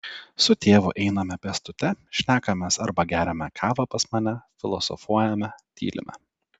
su tėvu einame pėstute šnekamės arba geriame kavą pas mane filosofuojame tylime